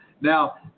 Now